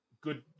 good